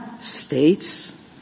states